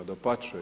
Dapače.